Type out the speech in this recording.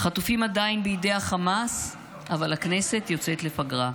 חטופים עדיין בידי החמאס, אבל הכנסת יוצאת לפגרה,